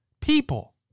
People